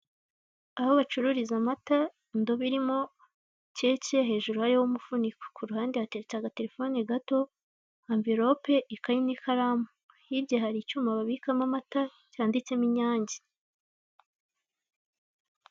Aho bacururiza amata indobo irimo keke hejuru hariho umufuniko ku ruhande hateretse agatelefone gato, amverope, ikayi n'ikaramu hirya hari icyuma babikamo amata cyanditsemo Inyange.